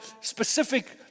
specific